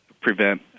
prevent